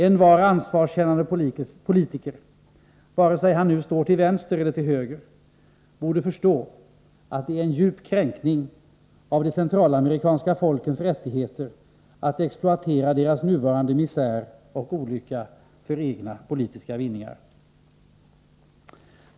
Envar ansvarskännande politiker, antingen han står till vänster eller till höger, borde förstå att det är en djup kränkning av de centralamerikanska folkens rättigheter att exploatera deras nuvarande misär och olycka för egna politiska vinningar.